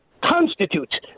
constitutes